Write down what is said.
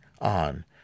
on